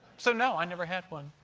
so, no, i never had one.